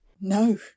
No